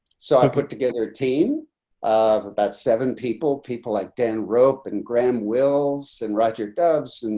so i put together a team of about seven people, people like dan rope and grand wills, and roger dubs, and